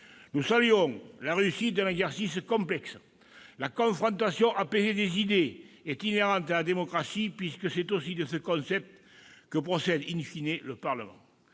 Nous saluons la réussite d'un exercice complexe. La confrontation apaisée des idées est inhérente à la démocratie, puisque c'est aussi de ce concept que procède le Parlement.